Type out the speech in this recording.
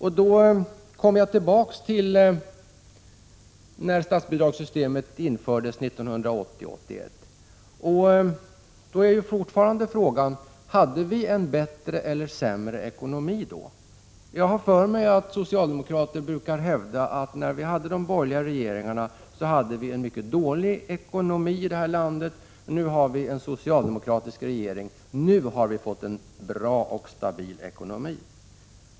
Jag kommer tillbaka till förhållandena när statsbidragssystemet infördes 1980-1981. Frågan är fortfarande: Hade vi en bättre eller sämre ekonomi då? Jag har för mig att socialdemokrater brukar hävda att vi hade en mycket dålig ekonomi i det här landet när vi hade de borgerliga regeringarna, och att nu när vi har en socialdemokratisk regering har vi fått en bra och stabil ekonomi.